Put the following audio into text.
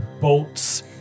bolts